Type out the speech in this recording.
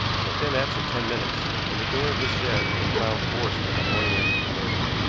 and had been absent ten minutes and the door of this shed had been found forced on the morning after the murder.